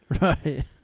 Right